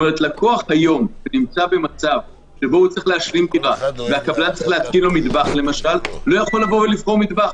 לקוח שצריך היום להשלים דירה לא יכול לבוא ולבחור מטבח.